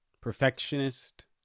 perfectionist